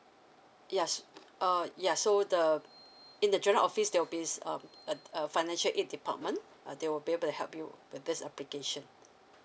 yes uh ya so the in the general office there will be is um uh a financial aid department uh they will be able to help you with this application